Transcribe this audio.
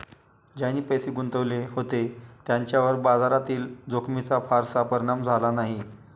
ज्यांनी पैसे गुंतवले होते त्यांच्यावर बाजारातील जोखमीचा फारसा परिणाम झाला नाही